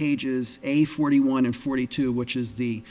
a forty one and forty two which is the